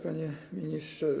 Panie Ministrze!